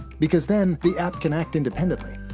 because then, the app can act independently.